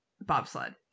bobsled